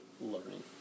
learning